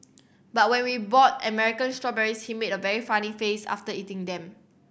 but when we bought American strawberries he made a very funny face after eating them